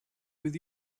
with